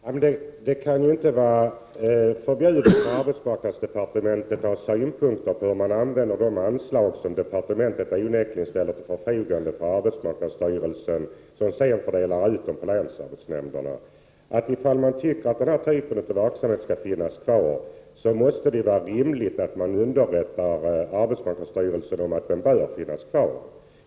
Herr talman! Det kan ju inte vara förbjudet för arbetsmarknadsdepartementet att ha synpunkter på hur man använder de anslag som departementet onekligen ställer till förfogande för arbetsmarknadsstyrelsen, som sedan fördelar pengarna till länsarbetsnämnderna. Tycker man att den här typen av verksamhet skall finnas kvar, måste det vara rimligt att arbetsmarknadsstyrelsen underrättas om att den bör finnas kvar.